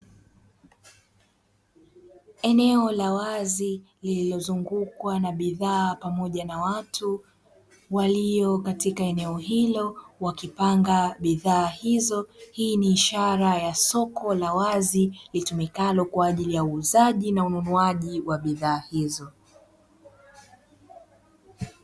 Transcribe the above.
Eneo la wazi lililozungukwa na bidhaa pamoja na watu walio katika eneo hilo wakipanga bidhaa hizo. Hii ni ishara ya soko la wazi litumikalo kwaajili ya uuzaji na ununuaji wa bidhaa hizo.